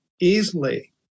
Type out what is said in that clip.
easily